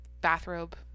bathrobe